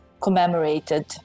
commemorated